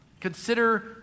Consider